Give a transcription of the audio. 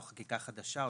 או חקיקה חדשה,